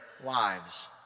lives